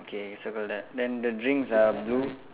okay circle that then the drinks are blue